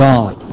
God